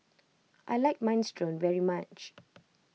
I like Minestrone very much